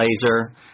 laser